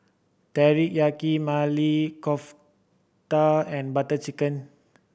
Teriyaki Maili Kofta and Butter Chicken